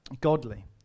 godly